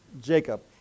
Jacob